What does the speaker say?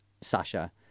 Sasha